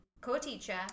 co-teacher